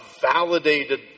validated